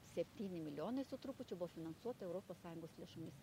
septyni milijonai su trupučiu buvo finansuota europos sąjungos lėšomis